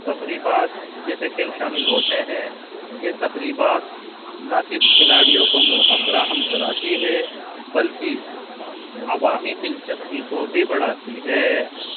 تقریبات جیسے کل شامل ہوتے ہیں یہ تقریبات نہ صرف کھلاڑیوں کو موقع فراہم کراتی ہے بلکہ عوامی دلچسپی کو بھی بڑھاتی ہے